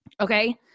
Okay